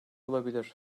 olabilir